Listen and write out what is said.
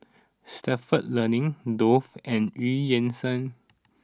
Stalford Learning Dove and Eu Yan Sang